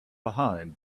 behind